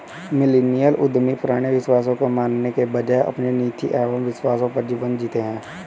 millennial उद्यमी पुराने विश्वासों को मानने के बजाय अपने नीति एंव विश्वासों पर जीवन जीते हैं